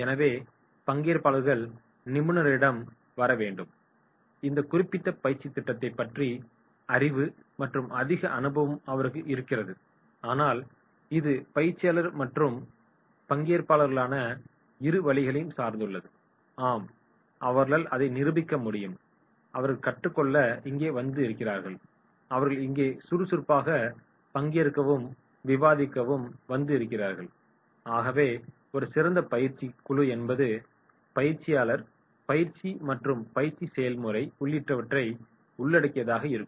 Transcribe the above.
எனவே பங்கேற்பாளர்கள் நிபுணரிடம் வர வேண்டும் இந்த குறிப்பிட்ட பயிற்சித் திட்டத்தைப் பற்றிய அறிவு மற்றும் அதிக அனுபவமும் அவருக்கு இருக்கிறது ஆனால் இது பயிற்சியாளர் மற்றும் பங்கேற்பாளர்களான இரு வழிகளையும் சார்ந்துள்ளது ஆம் அவர்களால் அதை நிரூபிக்க முடியும் அவர்கள் கற்றுக்கொள்ள இங்கே வந்து இருக்கிறார்கள் அவர்கள் இங்கே சுறுசுறுப்பாக பங்கேற்கவும் விவாதிக்கவும் வந்து இருக்கிறார்கள் ஆகவே ஒரு சிறந்த பயிற்சி குழு என்பது பயிற்சியாளர் பயிற்சி மற்றும் பயிற்சி செயல்முறை உள்ளிட்டவற்றை உள்ளடக்கியதாக இருக்கும்